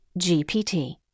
GPT